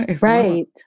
right